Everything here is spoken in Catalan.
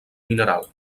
mineral